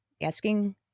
asking